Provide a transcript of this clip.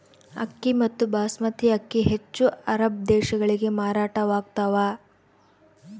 ಅಕ್ಕಿ ಮತ್ತು ಬಾಸ್ಮತಿ ಅಕ್ಕಿ ಹೆಚ್ಚು ಅರಬ್ ದೇಶಗಳಿಗೆ ಮಾರಾಟವಾಗ್ತಾವ